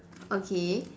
okay